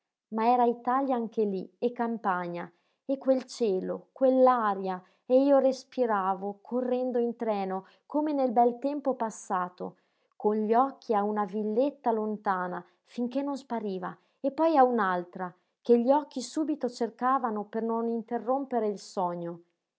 ma era italia anche lí e campagna e quel cielo quell'aria e io respiravo correndo in treno come nel bel tempo passato con gli occhi a una villetta lontana finché non spariva e poi a un'altra che gli occhi subito cercavano per non interrompere il sogno